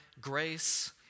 grace